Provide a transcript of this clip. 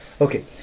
Okay